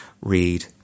read